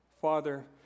Father